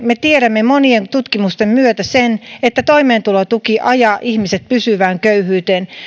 me tiedämme monien tutkimusten myötä sen että kun ihminen siirtyy toimeentulotuen piiriin toimeentulotuki ajaa ihmiset pysyvään köyhyyteen